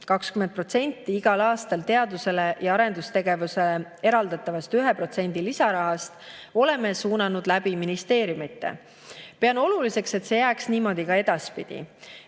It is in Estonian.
20% igal aastal teadusele ja arendustegevusele eraldatavast 1% lisarahast oleme [kasutusse] suunanud ministeeriumide kaudu. Pean oluliseks, et see jääks niimoodi ka edaspidi.